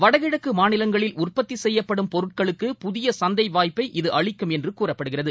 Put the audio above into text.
வடகிழக்கு மாநிலங்களில் உற்பத்தி செய்யப்படும் பொருட்களுக்கு புதிய சந்தை வாய்ப்பை இது அளிக்கும் என்று கூறப்படுகிறது